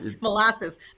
Molasses